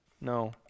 No